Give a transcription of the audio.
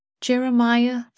Jeremiah